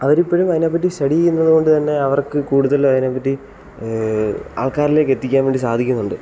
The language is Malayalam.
അവർ ഇപ്പോഴും അതിനെ പറ്റി സ്റ്റഡി ചെയ്യുന്നത് കൊണ്ട്തന്നെ അവർക്ക് കൂടുതൽ അതിനെ പറ്റി ആൾക്കാരിലേക്ക് എത്തിക്കാൻ വേണ്ടി സാധിക്കുന്നുണ്ട്